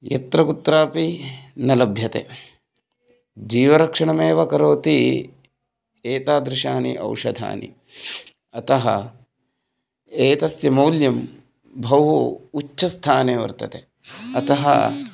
यत्र कुत्रापि न लभ्यते जीवरक्षणमेव करोति एतादृशानि औषधानि अतः एतस्य मौल्यं बहु उच्चस्थाने वर्तते अतः